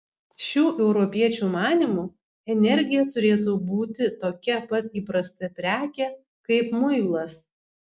šių europiečių manymu energija turėtų būti tokia pat įprasta prekė kaip muilas